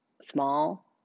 small